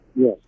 Yes